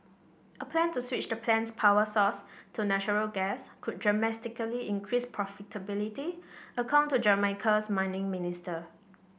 a plan to switch the plant's power source to natural gas could dramatically increase profitability according to Jamaica's mining minister